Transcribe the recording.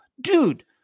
dude